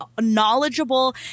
knowledgeable